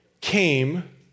came